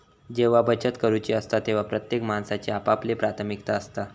जेव्हा बचत करूची असता तेव्हा प्रत्येक माणसाची आपापली प्राथमिकता असता